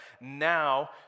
now